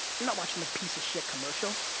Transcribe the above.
you're not watching the piece of shit commercial.